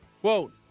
Quote